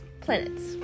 planets